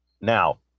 now